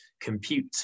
compute